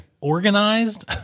organized